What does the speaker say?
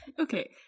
okay